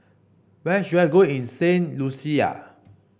where should I go in Saint Lucia